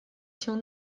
się